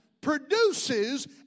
produces